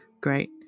Great